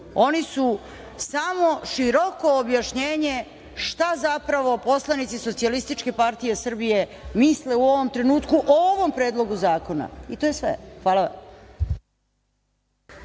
Oni su samo široko objašnjenje šta zapravo poslanici SPS misle u ovom trenutku o ovom Predlogu zakona. I to je sve. Hvala vam.